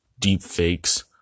deepfakes